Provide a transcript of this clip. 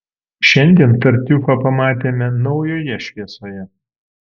šiandien tartiufą pamatėme naujoje šviesoje